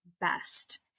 best